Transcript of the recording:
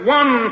one